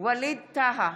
ווליד טאהא,